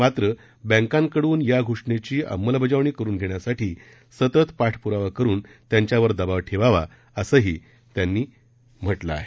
मात्र बक्तिकडून या घोषणेची अंमलबजावणी करून घेण्यासाठी सतत पाठप्रावा करून त्यांच्यावर दबाव ठेवावा असंही त्यांनी म्हटलं आहे